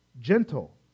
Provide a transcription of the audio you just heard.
gentle